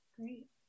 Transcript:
great